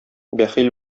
бәхил